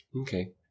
Okay